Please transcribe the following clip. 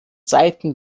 seiten